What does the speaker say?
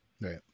right